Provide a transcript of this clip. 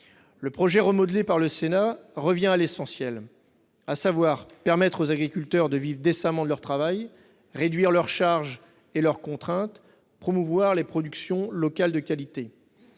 le texte remodelé par le Sénat revient à l'essentiel, à savoir permettre aux agriculteurs de vivre décemment de leur travail, réduire leurs charges et leurs contraintes, promouvoir les productions locales de qualité.